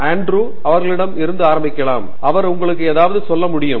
Andrew அவர்களிடம் இருந்து ஆரம்பிக்கலாம் அவர் உங்களுக்கு ஏதாவது சொல்ல முடியும்